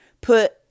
put